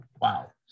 wow